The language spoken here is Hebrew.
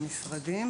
עם המשרדים.